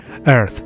Earth